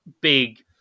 big